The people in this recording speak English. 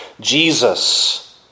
Jesus